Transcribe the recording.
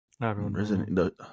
Resident